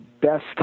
best